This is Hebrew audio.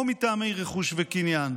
או מטעמי רכוש וקניין".